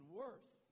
worse